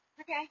Okay